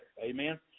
Amen